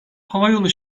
havayolu